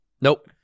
Nope